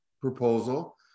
proposal